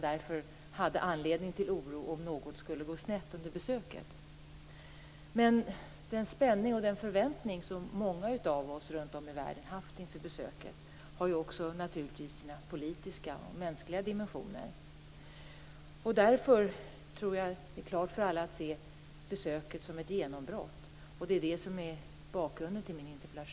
Därför hade man anledning till oro om något skulle gå snett under besöket. Den spänning och förväntning som många av oss runt om i världen haft inför besöket har naturligtvis sina politiska och mänskliga dimensioner. Därför tror jag att alla ser besöket som ett genombrott, och det är det som är bakgrunden till min interpellation.